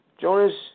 Jonas